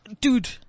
Dude